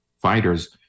Fighters